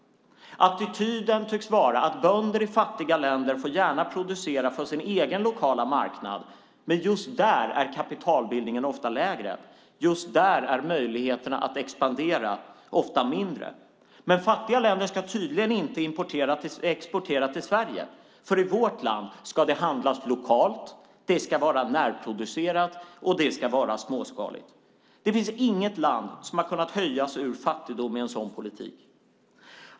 Attityden tycks vara att bönder i fattiga länder gärna får producera för sin egen lokala marknad. Där är dock kapitalbildningen lägre och möjligheterna att expandera mindre. Men fattiga länder ska tydligen inte exportera till Sverige, för i vårt land ska det handlas lokalt. Det ska vara närproducerat och småskaligt. Det finns inget land som har kunnat höja sig ur fattigdom med en sådan politik.